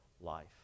life